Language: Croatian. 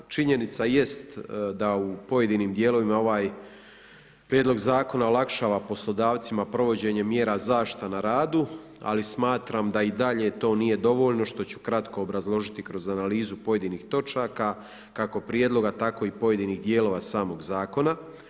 Činjenica jest da u pojedinim dijelovima ovaj Prijedlog zakona olakšava poslodavcima provođenje mjera zaštite na radu, ali smatram da i dalje to nije dovoljno što ću kratko obrazložiti kroz analizu pojedinih točaka kako prijedloga, tako i pojedinih dijelova samog zakona.